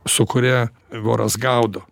su kuria voras gaudo